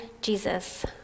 Jesus